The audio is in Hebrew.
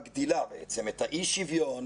מגדילה, בעצם, את האי שוויון.